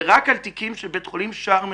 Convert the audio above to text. ורק על תיקים של בית חולים שער מנשה,